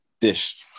Dish